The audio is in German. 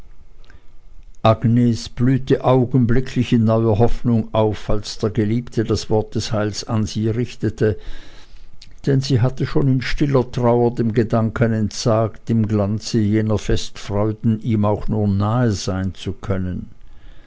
blühte augenblicklich in neuer hoffnung auf als der geliebte das wort des heiles an sie richtete denn sie hatte schon in stiller trauer dem gedanken entsagt im glanze jener festfreuden ihm auch nur nahe sein zu können